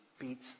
beats